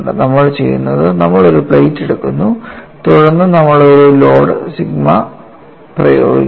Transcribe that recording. നമ്മൾ ചെയ്യുന്നത് നമ്മൾ ഒരു പ്ലേറ്റ് എടുക്കുന്നു തുടർന്ന് നമ്മൾ ഒരു ലോഡ് സിഗ്മ പ്രയോഗിക്കുന്നു